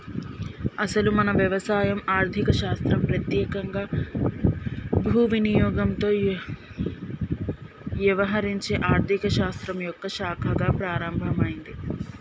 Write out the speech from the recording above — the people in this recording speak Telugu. అసలు మన వ్యవసాయం ఆర్థిక శాస్త్రం పెత్యేకంగా భూ వినియోగంతో యవహరించే ఆర్థిక శాస్త్రం యొక్క శాఖగా ప్రారంభమైంది